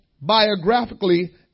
biographically